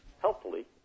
helpfully